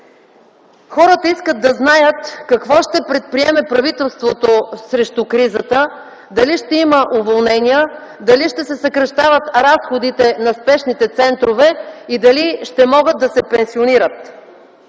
Хората искат да знаят какво ще предприеме правителството срещу кризата, дали ще има уволнения, дали ще се съкращават разходите на спешните центрове и дали ще могат да се пенсионират.